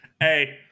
Hey